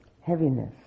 heaviness